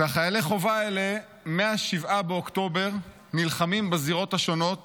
וחיילי החובה האלה מ-7 באוקטובר נלחמים בזירות השונות